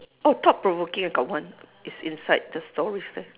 oh thought provoking I got one is inside the stories